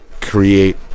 create